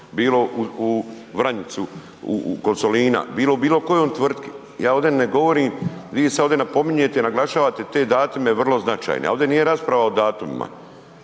bilo u Vranjicu kod Solina, bilo u bilo kojoj tvrtki. Ja ovde ne govorin, vi se ovdje napominjete i naglašavate te datume vrlo značajne, a ovde nije rasprava o datumima.